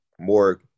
more